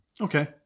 Okay